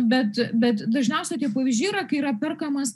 bet bet dažniausiai tie pavyzdžiai yra kai yra perkamas